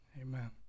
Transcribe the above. Amen